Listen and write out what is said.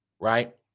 right